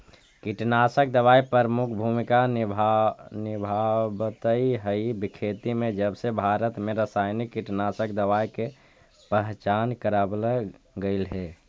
कीटनाशक दवाई प्रमुख भूमिका निभावाईत हई खेती में जबसे भारत में रसायनिक कीटनाशक दवाई के पहचान करावल गयल हे